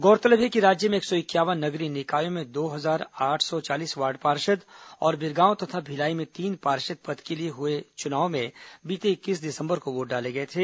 गौरतलब है कि राज्य में एक सौ इंक्यावन नगरीय निकायों में दो हजार आठ सौ चालीस वार्ड पार्षद और बिरगांव तथा भिलाई में तीन पार्षद पद के लिए हुए चुनाव के लिए बीते इक्कीस दिसंबर को वोट डाले गए थे